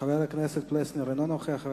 חבר הכנסת יוחנן פלסנר, אינו נוכח.